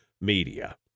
media